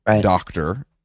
doctor